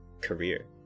career